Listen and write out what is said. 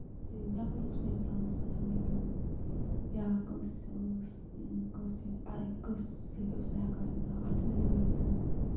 زِ نیٚبر اوس نہٕ اِنسانَس بَنان نیرُن یا کٲنسہِ ٲس کٲنسہِ ہٕنٛدِ کٲنٛسہِ سۭتۍ اوس نہٕ ہٮ۪کان اِنسان اَتھٕ مِلایِتھ